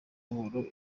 buhoro